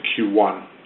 Q1